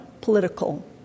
political